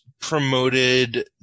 promoted